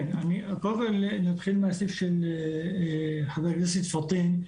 כן, קודם כל, נתחיל מהסעיף של חבר הכנסת פטין.